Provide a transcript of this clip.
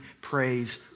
praise